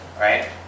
right